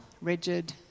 rigid